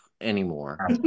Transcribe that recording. anymore